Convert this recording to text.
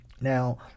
Now